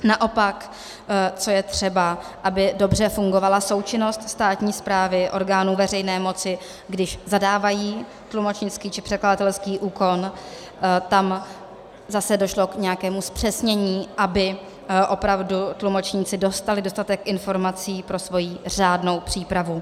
Naopak co je třeba aby dobře fungovala součinnost státní správy, orgánů veřejné moci, když zadávají tlumočnický či překladatelský úkon, tam zase došlo k nějakému zpřesnění, aby opravdu tlumočníci dostali dostatek informací pro svoji řádnou přípravu.